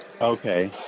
Okay